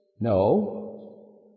No